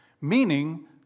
Meaning